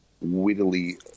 wittily